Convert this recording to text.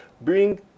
Bring